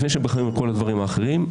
לפני כל הדברים האחרים,